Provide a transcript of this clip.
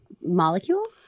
molecule